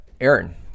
Aaron